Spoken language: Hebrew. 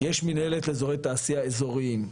יש מנהלת אזורי תעשייה אזוריים,